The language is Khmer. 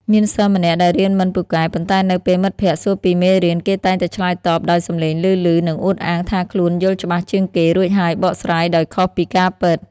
មានសិស្សម្នាក់ដែលរៀនមិនពូកែ ប៉ុន្តែនៅពេលមិត្តភក្ដិសួរពីមេរៀន គេតែងតែឆ្លើយតបដោយសំឡេងឮៗ និងអួតអាងថាខ្លួនយល់ច្បាស់ជាងគេ រួចហើយបកស្រាយដោយខុសពីការពិត។